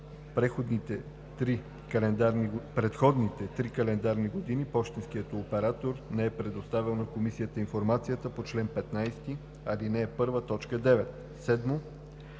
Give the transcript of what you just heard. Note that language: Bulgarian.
предходните три календарни години пощенският оператор не е предоставял на комисията информацията по чл. 15, ал. 1, т. 9; 7.